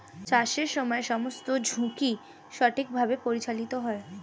চাষের সময় সমস্ত ঝুঁকি সঠিকভাবে পরিচালিত হয়